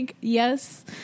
yes